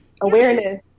awareness